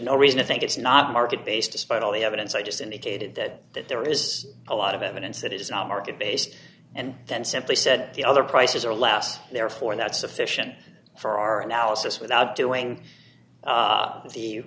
no reason to think it's not market based despite all the evidence i just indicated that that there is a lot of evidence that it is not market based and then simply said the other prices are less therefore that sufficient for our analysis without doing